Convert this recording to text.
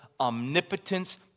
omnipotence